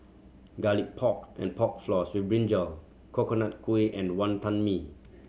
Garlic Pork and Pork Floss with brinjal Coconut Kuih and Wonton Mee